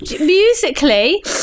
Musically